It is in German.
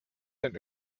den